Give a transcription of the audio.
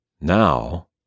Now